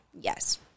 Yes